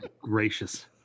gracious